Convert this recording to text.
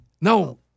No